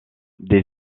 des